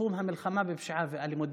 בתחום המלחמה בפשיעה ואלימות.